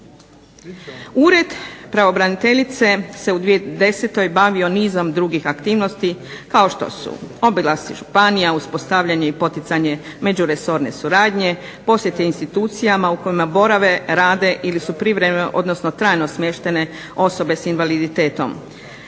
Ured pravobraniteljice se u 2010. bavio nizom drugih aktivnosti kao što su: obilasci županija, uspostavljanje i poticanje međuresorne suradnje, posjete institucijama u kojima borave, rade ili su privremeno, odnosno trajno smještene osobe s invaliditetom,